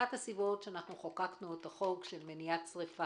אחת הסיבות שחוקקנו את החוק של מניעת שריפה,